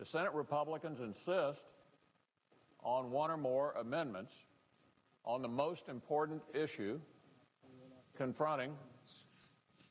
the senate republicans insist on one or more amendments on the most important issue confronting